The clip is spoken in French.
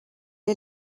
est